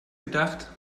gedacht